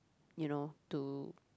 you know to